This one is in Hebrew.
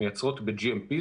הן מייצרות ב-GMP,